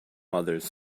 others